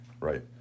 Right